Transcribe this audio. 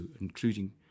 including